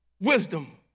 wisdom